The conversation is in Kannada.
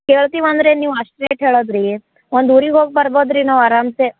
ಕೇಳ್ತೀವಿ ಅಂದ್ರೇನು ನೀವು ಅಷ್ಟು ರೇಟ್ ಹೇಳೋದು ರೀ ಒಂದು ಊರಿಗೆ ಹೋಗಿ ಬರ್ಬೌದು ರೀ ನಾವು ಆರಾಂಸೆ